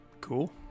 Cool